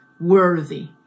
worthy